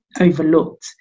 overlooked